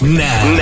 now